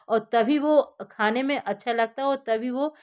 और तभी वो खाने में अच्छी लगती है और तभी वो